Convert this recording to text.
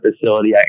facility